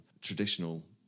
traditional